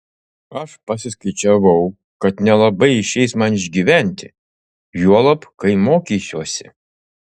aš pasiskaičiavau kad nelabai išeis man išgyventi juolab kai mokysiuosi